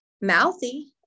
mouthy